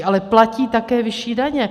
Ale platí také vyšší daně.